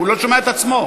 הוא לא שומע את עצמו.